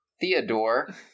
Theodore